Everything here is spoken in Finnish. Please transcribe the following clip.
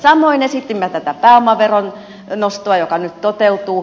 samoin esitimme tätä pääomaveron nostoa joka nyt toteutuu